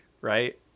right